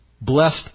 blessed